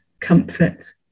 comfort